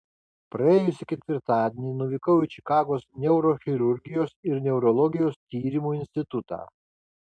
praėjusį ketvirtadienį nuvykau į čikagos neurochirurgijos ir neurologijos tyrimų institutą